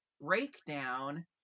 breakdown